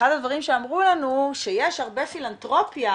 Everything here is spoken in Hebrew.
אחד הדברים שאמרו לנו שיש הרבה פילנתרופיה